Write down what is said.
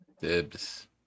dibs